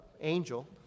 angel